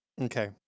Okay